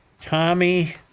Tommy